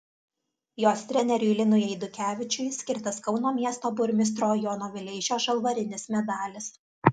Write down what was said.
jos treneriui linui eidukevičiui skirtas kauno miesto burmistro jono vileišio žalvarinis medalis